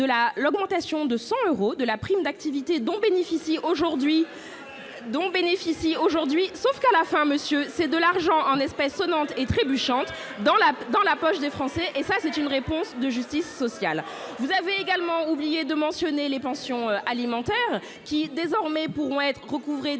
la l'augmentation de 100 euros de la prime d'activité dont bénéficie aujourd'hui dont bénéficie aujourd'hui, sauf qu'à la fin monsieur, c'est de l'argent en espèces sonnantes et trébuchantes dans la dans la poche des français et ça, c'est une réponse de justice sociale, vous avez également oublié de mentionner les pensions alimentaires qui désormais pourront être recouvrée